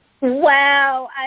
Wow